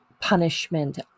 punishment